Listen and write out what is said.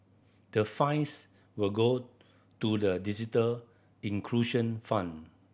the fines will go to the digital inclusion fund